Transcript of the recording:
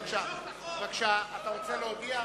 בבקשה, אתה רוצה להודיע?